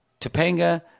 Topanga